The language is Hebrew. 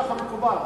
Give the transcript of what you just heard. ככה מקובל.